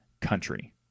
country